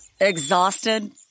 Exhausted